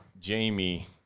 Jamie